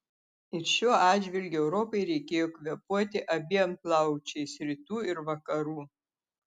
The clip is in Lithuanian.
ir šiuo atžvilgiu europai reikėjo kvėpuoti abiem plaučiais rytų ir vakarų